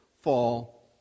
fall